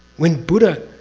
when buddha.